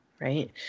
right